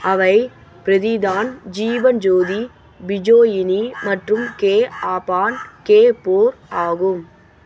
அவை ப்ரதிதான் ஜீபன் ஜோதி பிஜோயினி மற்றும் கே ஆபான் கே போர் ஆகும்